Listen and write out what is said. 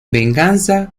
venganza